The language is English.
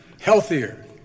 healthier